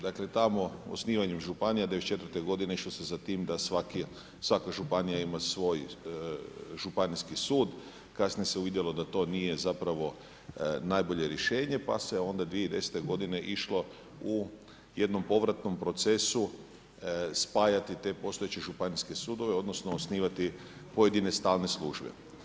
Dakle, tamo osnivanjem županija 94. godine išlo se za tim da svaka županija ima svoj Županijski sud kasnije se vidjelo da to nije zapravo najbolje rješenje pa se onda 2010. godine išlo u jednom povratnom procesu spajati te postojeće županijske sudove, odnosno osnivati pojedine stalne službe.